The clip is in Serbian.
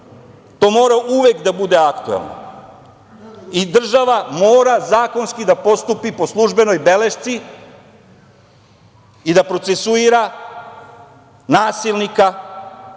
To mora uvek da bude aktuelno i država mora zakonski da postupi po službenoj belešci i da procesuira nasilnika